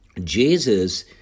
Jesus